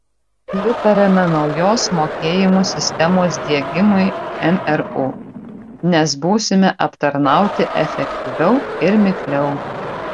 pritariame naujos mokėjimų sistemos diegimui mru nes būsime aptarnauti efektyviau ir mikliau